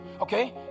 Okay